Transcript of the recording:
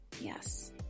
yes